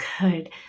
good